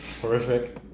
horrific